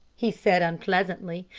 he said unpleasantly,